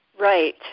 Right